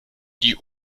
die